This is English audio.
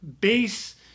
base